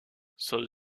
son